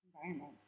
environment